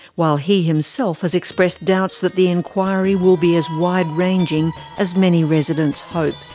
while he himself has expressed doubts that the inquiry will be as wide ranging as many residents hope.